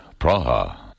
Praha